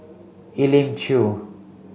Elim Chew